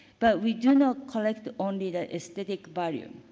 but, we do not collect only the aesthetic value,